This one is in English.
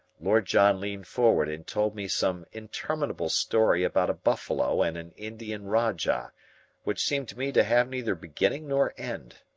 lord john leaned forward and told me some interminable story about a buffalo and an indian rajah which seemed to me to have neither beginning nor end.